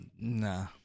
Nah